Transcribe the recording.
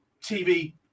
TV